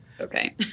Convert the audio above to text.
Okay